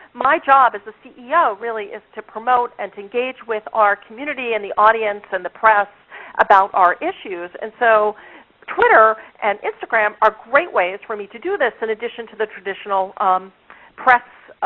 my job as the ceo really is to promote and engage with our community, and the audience, and the press about our issues. so twitter and instagram are great ways for me to do this in addition to the traditional press